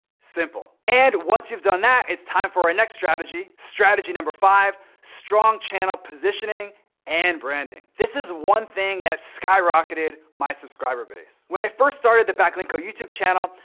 simple. and once you've done that, it's time for our next strategy, strategy number five, strong channel positioning and branding. this is one thing that skyrocketed my subscriber base. when i first started the backlinko youtube channel,